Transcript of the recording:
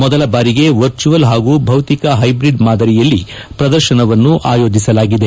ಮೊದಲ ಬಾರಿಗೆ ವರ್ಚುವಲ್ ಹಾಗೂ ಭೌತಿಕ ಹೈಬ್ರಡ್ ಮಾದರಿಯಲ್ಲಿ ಪ್ರದರ್ಶನವನ್ನು ಆಯೋಜಿಸಲಾಗಿದೆ